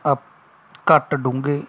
up ਘੱਟ ਡੂੰਘੇ